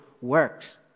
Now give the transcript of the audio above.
works